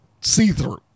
see-through